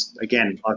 again